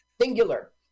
singular